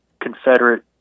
Confederate